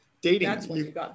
dating